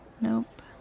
Nope